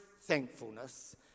thankfulness